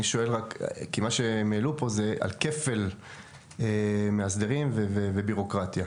אבל מה שהם העלו פה נוגע לכפל מאסדרים ולבירוקרטיה.